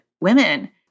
women